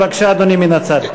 בבקשה, אדוני, מן הצד.